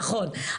נכון.